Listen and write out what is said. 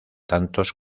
tantos